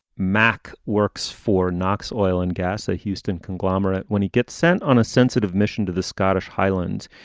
macc works for knox oil and gas, a houston conglomerate. when he gets sent on a sensitive mission to the scottish highlands,